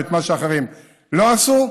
מה שאחרים לא עשו,